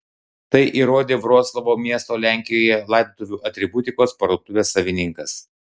tai įrodė vroclavo miesto lenkijoje laidotuvių atributikos parduotuvės savininkas